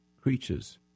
creatures